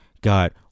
God